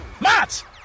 Matt